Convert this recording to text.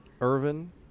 Irvin